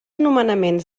nomenaments